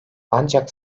ancak